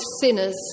sinners